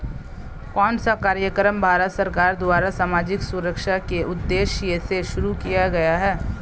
कौन सा कार्यक्रम भारत सरकार द्वारा सामाजिक सुरक्षा के उद्देश्य से शुरू किया गया है?